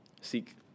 Seek